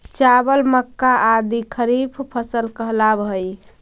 चावल, मक्का आदि खरीफ फसल कहलावऽ हइ